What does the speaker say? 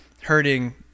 hurting